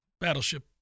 battleship